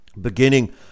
beginning